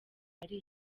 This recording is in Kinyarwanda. ari